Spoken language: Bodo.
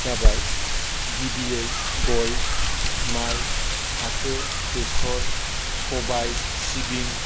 जाबाय गिबियै गय माय फाथो बेसर सबाय सिबिं